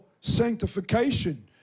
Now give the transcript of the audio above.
sanctification